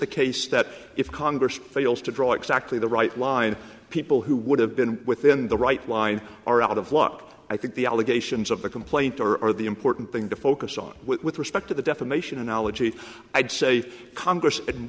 the case that if congress fails to draw exactly the right line people who would have been within the right line are out of luck i think the allegations the complaint or the important thing to focus on with respect to the defamation analogy i'd say congress in